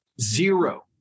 zero